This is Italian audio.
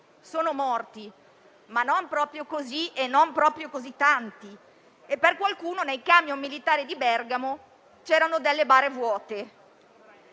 sono morti, ma non proprio così e non proprio così tanti; per qualcuno nel camion militari di Bergamo c'erano delle bare vuote.